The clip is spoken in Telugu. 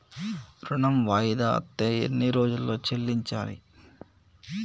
ఋణం వాయిదా అత్తే ఎన్ని రోజుల్లో చెల్లించాలి?